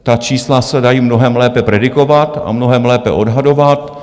Ta čísla se dají mnohem lépe predikovat a mnohem lépe odhadovat.